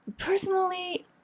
Personally